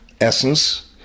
essence